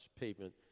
pavement